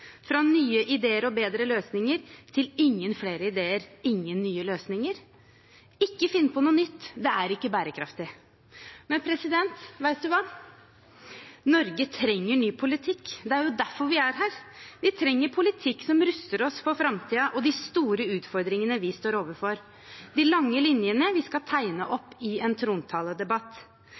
fra nye ideer og bedre løsninger til ingen flere ideer og ingen nye løsninger? Å ikke finne på noe nytt er ikke bærekraftig. Norge trenger ny politikk. Det er jo derfor vi er her. Vi trenger politikk som ruster oss for framtiden og de store utfordringene vi står overfor, de lange linjene vi skal tegne opp i en trontaledebatt.